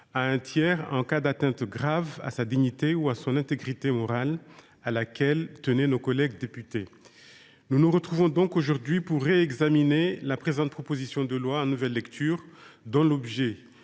à un tiers en cas d’atteinte grave à sa dignité ou à son intégrité morale, à laquelle tenaient nos collègues députés. Nous nous retrouvons donc aujourd’hui pour examiner en nouvelle lecture ce texte, dont l’objet